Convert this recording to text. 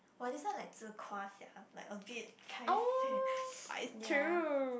!wah! this one like 自夸 sia like a bit paiseh ya